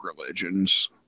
religions